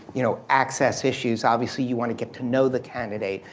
you know access issues. obviously, you want to get to know the candidate,